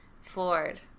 floored